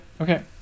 okay